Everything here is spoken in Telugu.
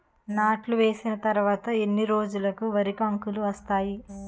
నాట్లు వేసిన తర్వాత ఎన్ని రోజులకు వరి కంకులు వస్తాయి?